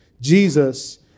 Jesus